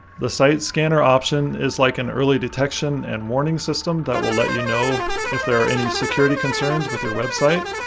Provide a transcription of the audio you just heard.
the site scanner option is like an early detection and warning system that will let you know if there are any security concerns with your website.